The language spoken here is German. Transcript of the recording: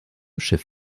schiff